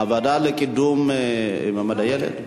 הוועדה לקידום מעמד הילד?